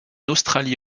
australie